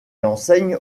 enseigne